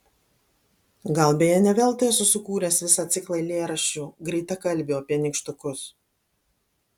gal beje ne veltui esu sukūręs visą ciklą eilėraščių greitakalbių apie nykštukus